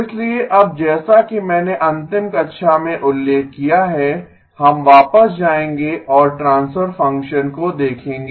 इसलिए अब जैसा कि मैंने अंतिम कक्षा में उल्लेख किया है हम वापस जाएंगे और ट्रांसफर फंक्शन को देखेंगे